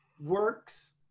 works